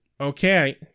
okay